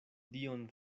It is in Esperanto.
dion